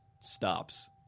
stops